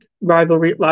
rivalry